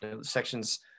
sections